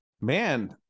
Man